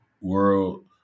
world